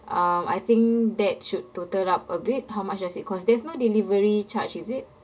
uh I think that should total up a bit how much does it cost there's no delivery charge is it